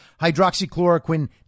hydroxychloroquine